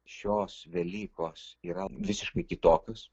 šios velykos yra visiškai kitokios